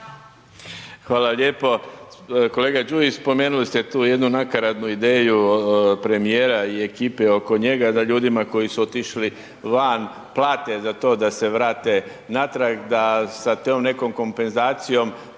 Hvala lijepo. Kolega Đujić, spomenuli ste tu jednu nakaradnu ideju premijera i ekipe oko njega da ljudima koji su otišli van plate za to da se vrate natrag, da sa tom nekom kompenzacijom